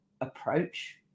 approach